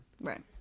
Right